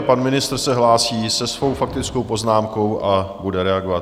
Pan ministr se hlásí se svou faktickou poznámkou a bude reagovat.